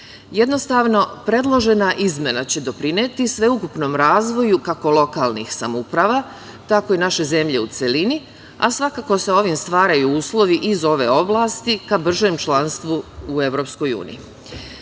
prometa. Jednostavno, predložena izmena će doprineti sveukupnom razvoju, kako lokalnih samouprava, tako i naše zemlje u celini, a svakako se ovim stvaraju uslovi iz ove oblasti ka bržem članstvu u